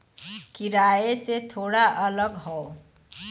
किराए से थोड़ा अलग हौ